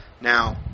Now